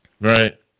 right